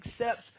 accepts